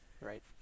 right